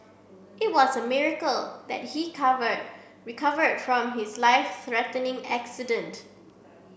it was a miracle that he covered recover from his life threatening accident